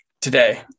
Today